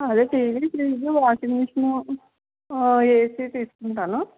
అదే TV fridge washing machine AC తీసుకుంటాను